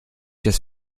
das